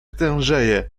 tężeje